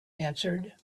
answered